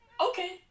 Okay